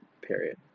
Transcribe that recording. Period